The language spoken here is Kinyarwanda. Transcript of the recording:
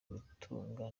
gutunga